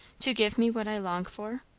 to give me what i long for?